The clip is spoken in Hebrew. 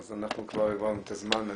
אז אנחנו כבר עברנו את הזמן.